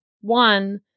one